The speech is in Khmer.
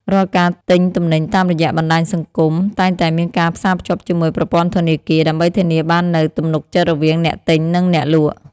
រាល់ការទិញទំនិញតាមរយៈបណ្តាញសង្គមតែងតែមានការផ្សារភ្ជាប់ជាមួយប្រព័ន្ធធនាគារ ដើម្បីធានាបាននូវទំនុកចិត្តរវាងអ្នកទិញនិងអ្នកលក់។